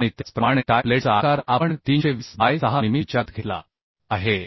आणि त्याचप्रमाणे टाय प्लेटचा आकार आपण 320 बाय 6 मिमी विचारात घेतला आहे